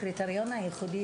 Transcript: הקריטריון היחידי,